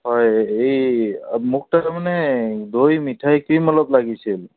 হয় এই মোক তাৰমানে দৈ মিঠাই ক্ৰীম অলপ লাগিছিল